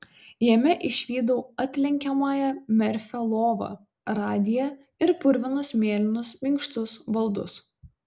jame išvydau atlenkiamąją merfio lovą radiją ir purvinus mėlynus minkštus baldus